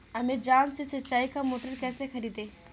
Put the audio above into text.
Amazon से सिंचाई का मोटर कैसे खरीदें?